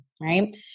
right